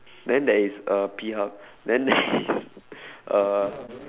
then there is uh P hub then there is uh